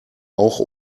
auch